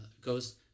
goes